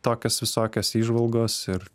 tokios visokios įžvalgos ir